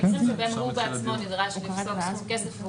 במקרה שהוא בעצמו נדרש לפסוק סכום כסף.